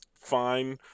fine